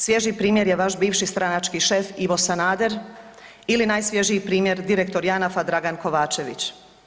Svježi primjer je vaš bivši stranački šef Ivo Sanader ili najsvježiji primjer direktor JANAF-a Dragan Kovačević.